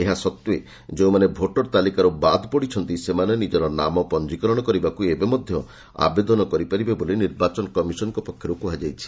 ଏହାସଡ୍ଡେ ଯେଉଁମାନେ ଭୋଟର୍ ତାଲିକାରୁ ବାଦ୍ ପଡ଼ିଛନ୍ତି ସେମାନେ ନିଜର ନାମ ପଞ୍ଜୀକରଣ କରିବାକୁ ଏବେ ମଧ୍ୟ ଆବେଦନ କରିପାରିବେ ବୋଲି କମିଶନ୍ଙ୍କ ପକ୍ଷରୁ କୁହାଯାଇଛି